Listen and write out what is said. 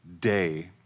day